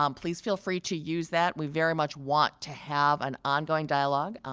um please feel free to use that. we very much want to have an on going dialogue.